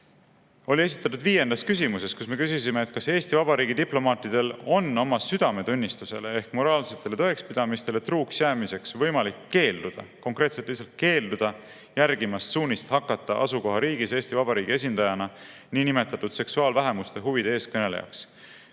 oli esitatud viiendas küsimuses. Me küsisime, kas Eesti Vabariigi diplomaatidel on oma südametunnistusele ehk moraalsetele tõekspidamistele truuks jäämiseks võimalik keelduda – konkreetselt lihtsalt keelduda – järgimast suunist hakata asukohariigis Eesti Vabariigi esindajana niinimetatud seksuaalvähemuste huvide eestkõnelejaks.